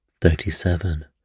thirty-seven